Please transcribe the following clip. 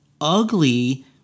ugly